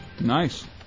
Nice